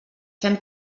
fem